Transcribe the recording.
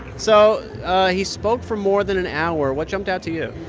so he spoke for more than an hour. what jumped out to you?